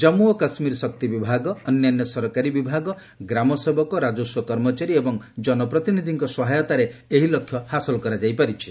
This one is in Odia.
କାମ୍ମୁ ଓ କାଶ୍କୀର ଶକ୍ତି ବିଭାଗ ଅନ୍ୟାନ୍ୟ ସରକାରୀ ବିଭାଗ ଗ୍ରାମସେବକ ରାଜସ୍ୱ କର୍ମଚାରୀ ଏବଂ ଜନପ୍ରତିନିଧିଙ୍କ ସହାୟତାରେ ଏହି ଲକ୍ଷ୍ୟ ହାସଲ କରିପାରିଛି